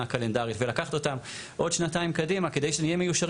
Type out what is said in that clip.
קלנדרית ולקחת אותה עוד שנתיים קדימה כדי שנהיה מיושרים